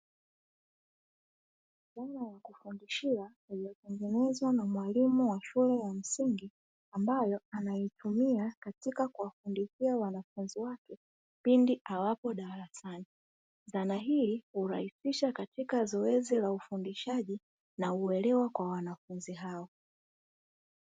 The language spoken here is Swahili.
Zana ya kufundishia iliyotengenezwa na mwalimu wa shule ya msingi ambayo anaitumia katika kufundishia wanafunzi wake pindi awapo darasani. Zana hii hurahisisha katika zoezi la ufundishaji na uelewa kwa wanafunzi hao.